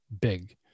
big